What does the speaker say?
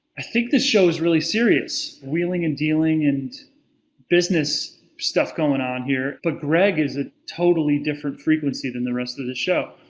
i think this show is really serious. wheeling and dealing and business stuff going on here but greg is a totally different frequency then the rest of the the show.